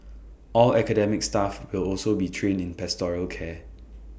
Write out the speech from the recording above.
all academic staff will also be trained in pastoral care